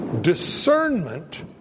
discernment